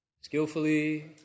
skillfully